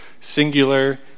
singular